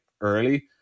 early